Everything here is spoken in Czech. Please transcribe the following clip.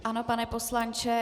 Ano, pane poslanče.